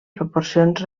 proporcions